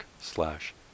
slash